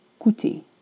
coûter